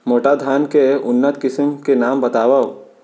मोटा धान के उन्नत किसिम के नाम बतावव?